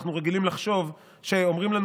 אנחנו רגילים לחשוב כשאומרים לנו,